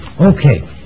Okay